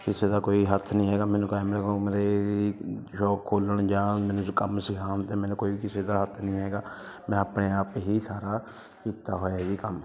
ਕਿਸੇ ਦਾ ਕੋਈ ਹੱਥ ਨਹੀਂ ਹੈਗਾ ਮੈਨੂੰ ਕੈਮਰੇ ਕੁਮਰੇ ਦੀ ਸ਼ੋਪ ਖੋਲ੍ਹਣ ਜਾਂ ਮੈਨੂੰ ਇਸ ਕੰਮ ਸਿਖਾਉਣ 'ਤੇ ਮੈਨੂੰ ਕੋਈ ਕਿਸੇ ਦਾ ਹੱਥ ਨਹੀਂ ਹੈਗਾ ਮੈਂ ਆਪਣੇ ਆਪ ਹੀ ਸਾਰਾ ਕੀਤਾ ਹੋਇਆ ਇਹ ਕੰਮ